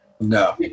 No